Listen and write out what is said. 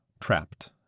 trapped